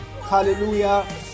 hallelujah